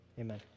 Amen